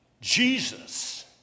Jesus